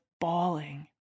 bawling